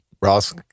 Ross